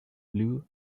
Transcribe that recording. blue